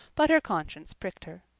but her conscience pricked her.